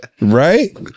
Right